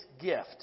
gift